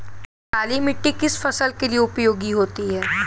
काली मिट्टी किस फसल के लिए उपयोगी होती है?